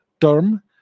term